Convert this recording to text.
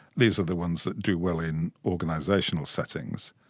these are the ones that do well in organisational settings.